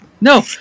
no